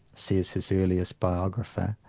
says his earliest biographer,